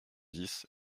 dix